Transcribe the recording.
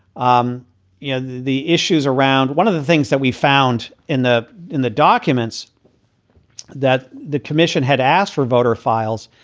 um yeah the the issues around one of the things that we found in the in the documents that the commission had asked for voter files,